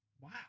wow